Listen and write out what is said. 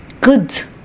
good